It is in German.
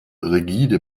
rigide